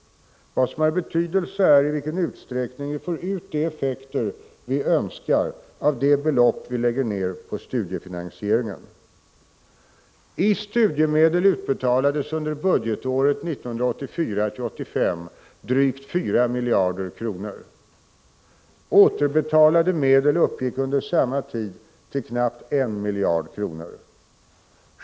Vad som har betydelse är i vilken utsträckning vi får ut de effekter vi önskar av de belopp vi lägger ned på studiefinansieringen. I studiemedel utbetalades under budgetåret 1984/85 drygt 4 miljarder kronor. Återbetalade medel uppgick under samma tid till knappt 1 miljard kronor.